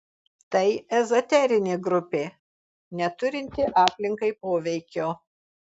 tai ezoterinė grupė neturinti aplinkai poveikio